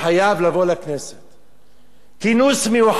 כינוס מיוחד בפגרה, ערב בחירות,